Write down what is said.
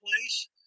place